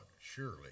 surely